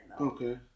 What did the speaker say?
Okay